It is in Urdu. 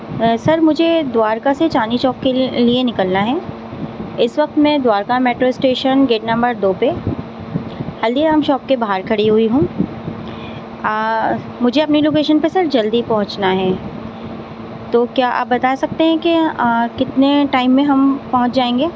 سر مجھے دوارکا سے چاندنی چوک کے لیے نکلنا ہے اس وقت میں Dwarka metro station gate number دو پہ ہلدی رام شاپ کے باہر کھڑی ہوئی ہوں مجھے اپنی لوکیشن پہ سر جلدی پہنچنا ہے تو کیا آپ بتا سکتے ہیں کہ کتنے ٹائم میں ہم پہنچ جائیں گے